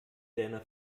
deiner